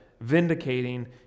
vindicating